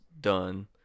done